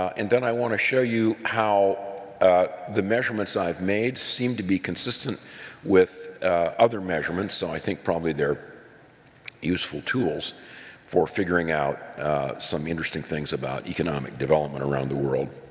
and then i want to show you how the measurements i've made seem to be consistent with other measurements, so i think probably they're useful tools for figuring out some interesting things about economic development around the world,